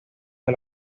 del